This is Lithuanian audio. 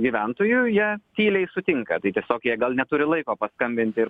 gyventojų jie tyliai sutinka tai tiesiog jie gal neturi laiko paskambinti ir